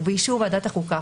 ובאישור ועדת חוקה,